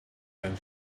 then